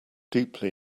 deeply